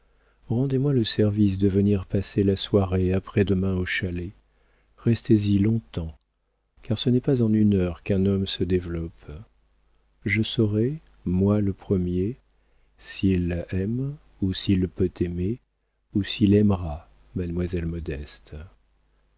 rendez-moi le service de venir passer la soirée après-demain au chalet restez y longtemps car ce n'est pas en une heure qu'un homme se développe je saurai moi le premier s'il aime ou s'il peut aimer ou s'il aimera